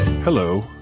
Hello